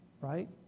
right